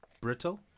brittle